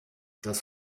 das